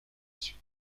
suis